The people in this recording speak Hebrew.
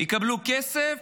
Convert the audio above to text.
יקבלו כסף